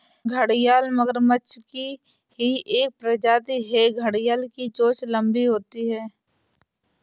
घड़ियाल मगरमच्छ की ही एक प्रजाति है घड़ियाल की चोंच लंबी होती है